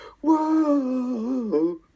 Whoa